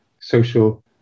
social